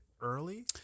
early